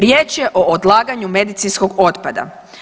Riječ je o odlaganju medicinskog otpada.